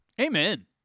Amen